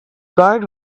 guard